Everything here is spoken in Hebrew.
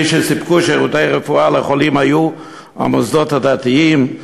מי שסיפקו שירותי רפואה לחולים היו המוסדות הדתיים.